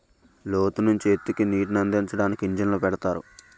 లోతు నుంచి ఎత్తుకి నీటినందించడానికి ఇంజన్లు పెడతారు